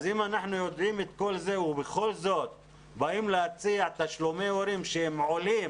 אז אם אנחנו יודעים את כל זה ובכל זאת מציעים תשלומי הורים שעולים